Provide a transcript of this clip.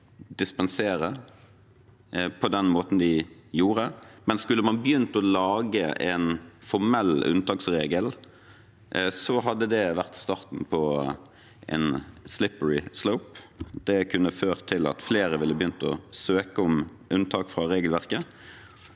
dispensere på den måten de gjorde. Skulle man begynt å lage en formell unntaksregel, hadde det vært starten på en «slippery slope». Det kunne ført til at flere ville begynt å søke om unntak fra regelverket.